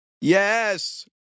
Yes